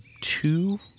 two